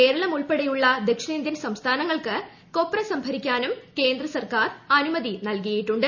കേരളം ഉൾപ്പെടെയുള്ള ദക്ഷിണേന്ത്യൻ സംസ്ഥാനങ്ങൾക്ക് കൊപ്ര സംഭരിക്കാനും കേന്ദ്രസർക്കാർ അനുമതി നൽകിയിട്ടുണ്ട്